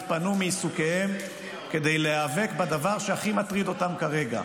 התפנו מעיסוקיהם כדי להיאבק בדבר שהכי מטריד אותם כרגע,